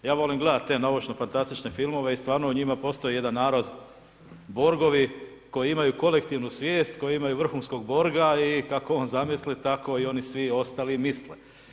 Ja volim gledati te naučnofantastične filmove i stvarno u njima postoji jedan narod borgovi koji imaju kolektivnu svijest koji imaju vrhunskog borga i kako on zamisli, tako i oni svi ostali misle.